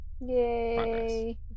Yay